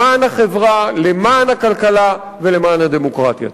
למען החברה, למען הכלכלה ולמען הדמוקרטיה.